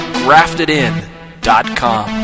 graftedin.com